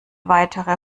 weitere